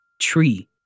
tree